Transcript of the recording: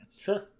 Sure